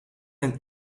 een